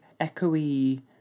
echoey